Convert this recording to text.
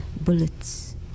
bullets